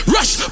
Rush